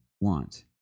want